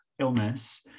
illness